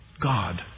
God